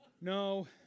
No